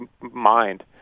mind